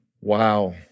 Wow